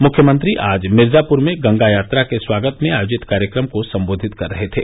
मुख्यमंत्री आज मिर्जापुर में गंगा यात्रा के स्वागत में आयोजित कार्यक्रम को संबोधित कर रहे थे